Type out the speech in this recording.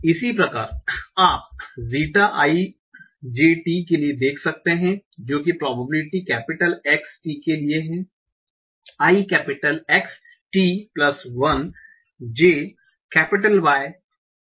इसी प्रकार आप zeta i j t के लिए देख सकते हैं जो कि प्रोबेबिलिटी X t के लिए है i X t 1 j Y